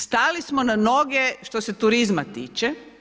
Stali smo na noge što se turizma tiče.